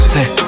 Say